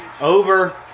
over